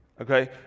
okay